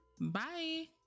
Bye